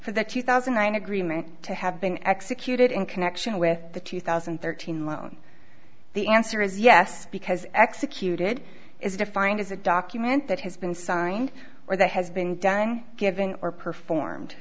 for the two thousand and nine agreement to have been executed in connection with the two thousand and thirteen loan the answer is yes because executed is defined as a document that has been signed or that has been done given or performed